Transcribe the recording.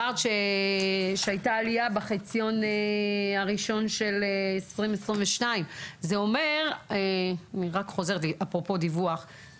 אמרת שהייתה עלייה בחציון הראשון של 2022. לפעמים